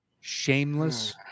shameless